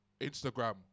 Instagram